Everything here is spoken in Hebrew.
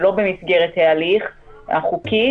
שלא במסגרת ההליך החוק,